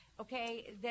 Okay